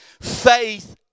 Faith